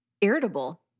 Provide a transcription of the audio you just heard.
irritable